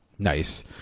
Nice